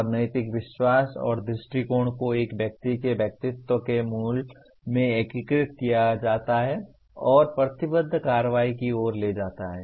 और नैतिक विश्वास और दृष्टिकोण को एक व्यक्ति के व्यक्तित्व के मूल में एकीकृत किया जाता है और प्रतिबद्ध कार्रवाई की ओर ले जाता है